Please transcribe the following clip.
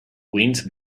wind